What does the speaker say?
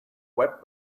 web